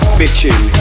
bitching